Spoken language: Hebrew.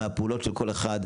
מה הפעולות של כל אחד.